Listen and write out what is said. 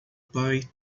pai